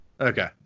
Okay